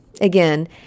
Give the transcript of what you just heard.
Again